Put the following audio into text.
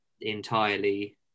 entirely